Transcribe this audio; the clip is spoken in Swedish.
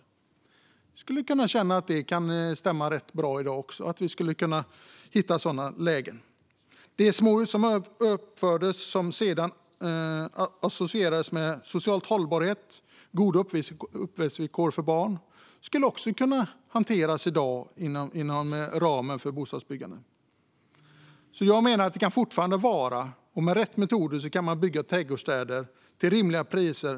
Det skulle kunna stämma rätt bra också i dag, att vi skulle kunna hitta sådana lägen. De småhus som uppfördes associerades sedan med social hållbarhet och goda uppväxtvillkor för barn. Detta skulle också kunna hanteras i dag inom ramen för bostadsbyggandet. Jag menar att man med rätt metoder kan bygga trädgårdsstäder till rimliga priser.